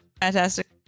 fantastic